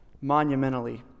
monumentally